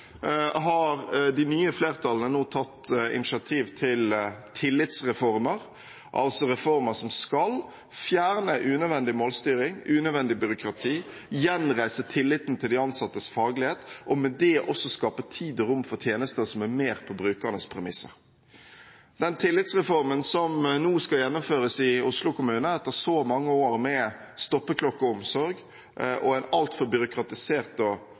har de nye flertallene nå tatt initiativ til tillitsreformer, altså reformer som skal fjerne unødvendig målstyring, unødvendig byråkrati, gjenreise tilliten til de ansattes faglighet og med det også skape tid og rom for tjenester som er mer på brukernes premisser. Den tillitsreformen som nå skal gjennomføres i Oslo kommune, etter så mange år med stoppeklokkeomsorg og en altfor byråkratisert